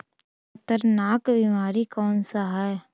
खतरनाक बीमारी कौन सा है?